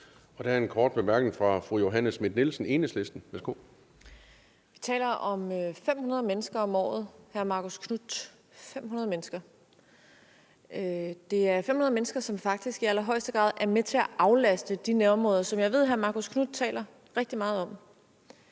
Der er en kort bemærkning fra fru Johanne Schmidt-Nielsen, Enhedslisten. Værsgo. Kl. 17:43 Johanne Schmidt-Nielsen (EL): Vi taler om 500 mennesker om året – 500 mennesker! Det er 500 mennesker, som faktisk i allerhøjeste grad er med til at aflaste de nærområder, som jeg ved at hr. Marcus Knuth taler rigtig meget om.